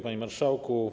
Panie Marszałku!